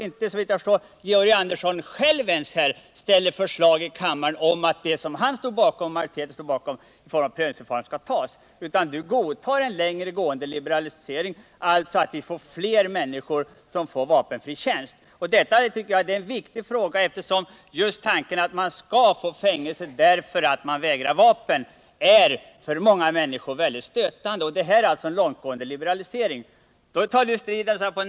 Inte ens Georg Andersson själv föreslår här i kammaren att det som han och utredningsmajoriteten står bakom i fråga om prövningsförfarandet skall godtas av riksdagen, utan han accepterar en längre gående liberalisering, alltså att flera människor får vapenfri tjänst. Detta är viktigt, eftersom tanken att man skulle kunna få fängelse därför att man vägrar bära vapen, för många människor är väldigt stötande. Propositionens förslag innebär en långtgående liberalisering.